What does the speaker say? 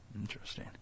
Interesting